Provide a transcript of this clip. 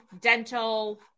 dental